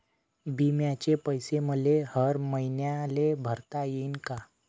बिम्याचे पैसे मले हर मईन्याले भरता येईन का?